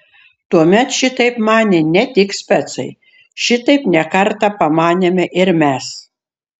tuomet šitaip manė ne tik specai šitaip ne kartą pamanėme ir mes